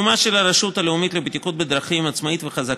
רשות לאומית לבטיחות בדרכים עצמאית וחזק,